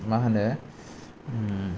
मा होनो